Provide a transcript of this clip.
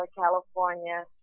California